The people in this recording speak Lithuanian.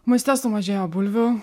maiste sumažėjo bulvių